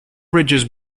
bridges